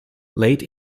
late